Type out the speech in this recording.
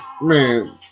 Man